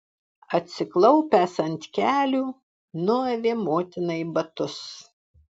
atsiklaupęs ant kelių nuavė motinai batus